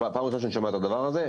פעם ראשונה שאני שומע את הדבר הזה.